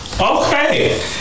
Okay